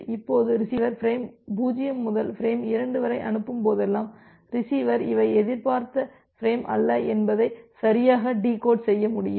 இப்போது receiver frame 0 முதல் frame 2 வரை அனுப்பும் போதெல்லாம் ரிசீவர் இவை எதிர்பார்த்த பிரேம் அல்ல என்பதை சரியாக டிகோட் செய்ய முடியும்